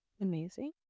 Amazing